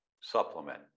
supplement